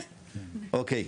אוקי,